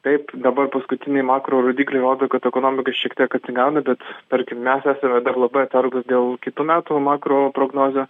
taip dabar paskutiniai makro rodikliai rodo kad ekonomika šiek tiek atsigauna bet tarkim mes esame dar labai atsargūs dėl kitų metų makro prognozių